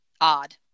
odd